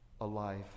alive